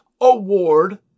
award